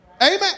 Amen